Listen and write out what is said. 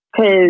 Cause